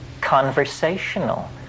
conversational